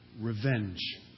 revenge